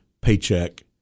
paycheck